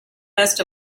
best